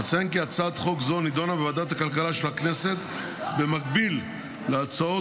אציין כי הצעת חוק זו נדונה בוועדת הכלכלה של הכנסת במקביל להצעות